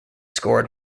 scored